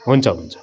हुन्छ हुन्छ